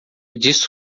disso